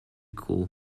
quo